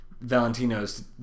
Valentino's